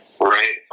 right